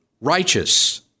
righteous